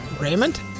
Raymond